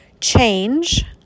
change